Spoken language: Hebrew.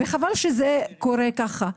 וחבל שזה קורה ככה.